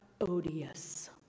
odious